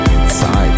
Inside